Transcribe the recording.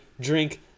drink